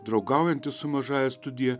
draugaujantis su mažąja studija